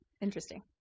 Interesting